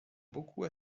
beaucoup